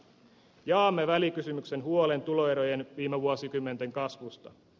jaamme välikysymyksen huolen tuloerojen viime vuosikymmenten kasvusta